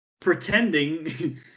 pretending